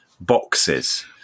boxes